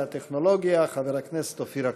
והטכנולוגיה חבר הכנסת אופיר אקוניס.